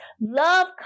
love